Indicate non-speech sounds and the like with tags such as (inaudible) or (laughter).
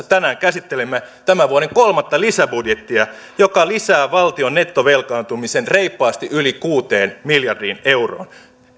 (unintelligible) tänään käsittelimme tämän vuoden kolmatta lisäbudjettia joka lisää valtion nettovelkaantumisen reippaasti yli kuuteen miljardiin euroon